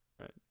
Right